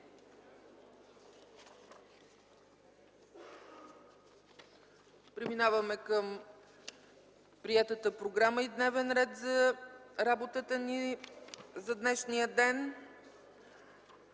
Преминаваме към приетата програма и дневен ред за работата ни за днешния ден: